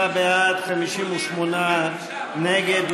57 בעד, 58 נגד.